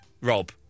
Rob